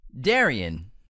Darian